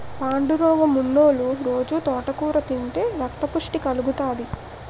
పాండురోగమున్నోలు రొజూ తోటకూర తింతే రక్తపుష్టి కలుగుతాది